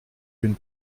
une